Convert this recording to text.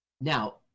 Now